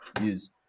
use